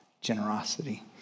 generosity